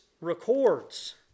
records